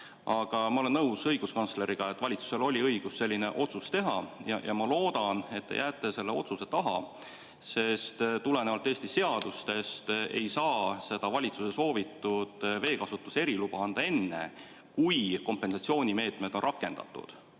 Aga ma olen nõus õiguskantsleriga, et valitsusel oli õigus selline otsus teha, ja ma loodan, et te jääte selle otsuse taha. Tulenevalt Eesti seadustest ei saa seda valitsuse soovitud veekasutuse eriluba anda enne, kui kompensatsioonimeetmed on rakendatud.